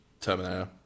Terminator